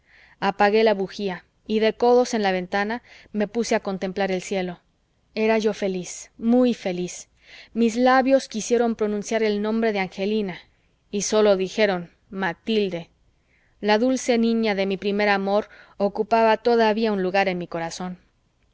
apagué la bujía y de codos en la ventana me puse a contemplar el cielo era yo feliz muy feliz mis labios quisieron pronunciar el nombre de angelina y sólo dijeron matilde la dulce niña de mi primer amor ocupaba todavía un lugar en mi corazón